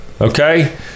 Okay